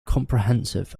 comprehensive